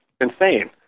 insane